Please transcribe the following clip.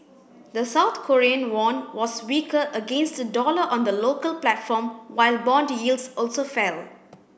the South Korean won was weaker against the dollar on the local platform while bond yields also fell